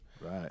Right